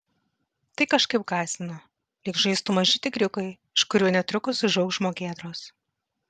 tai kažkaip gąsdino lyg žaistų maži tigriukai iš kurių netrukus užaugs žmogėdros